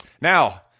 Now